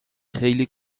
خیلی